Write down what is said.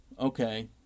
okay